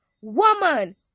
woman